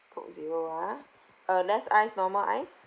coke zero ah uh less ice normal ice